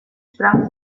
sprang